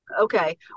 Okay